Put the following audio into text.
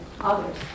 others